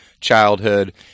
childhood